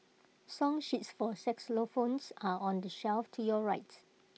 song sheets for xylophones are on the shelf to your right